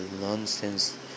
nonsense